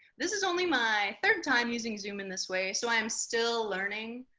this is only my third time using zoom in this way, so i am still learning.